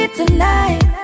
tonight